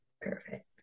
perfect